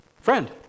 Friend